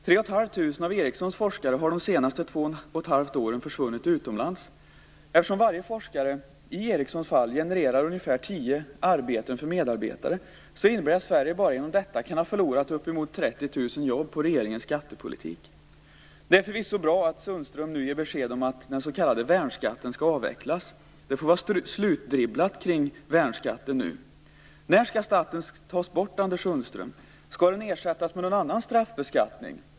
3 500 av Ericssons forskare har under de senaste två och ett halvt åren försvunnit utomlands. Eftersom varje forskare i Ericssons fall genererar ungefär tio arbeten för medarbetare, innebär det att Sverige bara genom detta kan ha förlorat upp emot 30 000 jobb på regeringens skattepolitik. Det är förvisso bra att Anders Sundström nu ger besked om att den s.k. värnskatten skall avvecklas. Det får vara slutdribblat kring värnskatten nu. När skall skatten tas bort, Anders Sundström? Skall den ersättas med någon annan straffbeskattning?